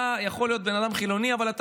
אתה יכול להיות בן אדם חילוני אבל אתה